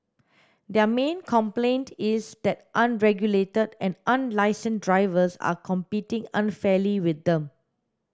their main complaint is that unregulated and unlicensed drivers are competing unfairly with them